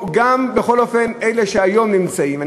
בכל אופן של אלה שנמצאים היום,